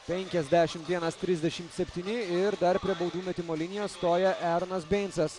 penkiasdešim vienas trisdešim septyni ir dar prie baudų metimo linijos stoja eronas beincas